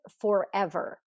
forever